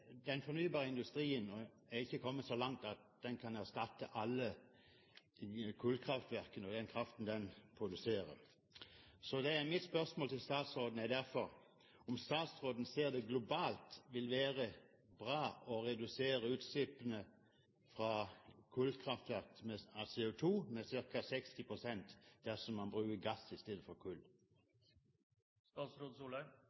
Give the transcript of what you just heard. Den fornybare industrien er ikke kommet så langt at den kan erstatte alle kullkraftverkene og den kraften de produserer. Mitt spørsmål til statsråden er derfor: Ser statsråden at det globalt vil være bra å redusere utslippene av CO2 fra kullkraftverk med ca. 60 pst., dersom man bruker gass i stedet for kull?